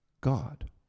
God